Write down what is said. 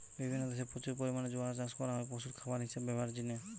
বিভিন্ন দেশে প্রচুর পরিমাণে জোয়ার চাষ করা হয় পশুর খাবার হিসাবে ব্যভারের জিনে